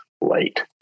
late